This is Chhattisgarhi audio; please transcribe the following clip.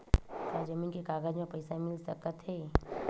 का जमीन के कागज म पईसा मिल सकत हे?